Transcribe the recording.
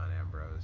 ambrose